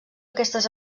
aquestes